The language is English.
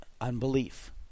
Unbelief